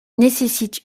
nécessite